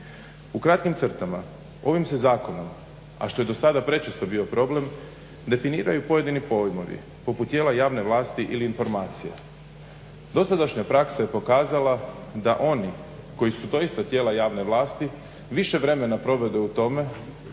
U kratkim crtama, ovim se zakonom a što je do sada prečesto bio problem definiraju pojedini pojmovi, poput tijela javne vlasti ili informacija. Dosadašnja praksa je pokazala da oni koji su doista tijela javne vlasti više vremena provode u tome